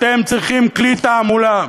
אתם צריכים כלי תעמולה.